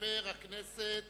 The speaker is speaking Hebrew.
חבר הכנסת